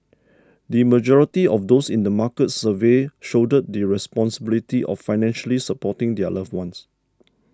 the majority of those in the markets surveyed shoulder the responsibility of financially supporting their loved ones